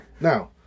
Now